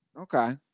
Okay